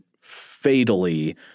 fatally